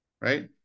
right